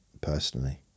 personally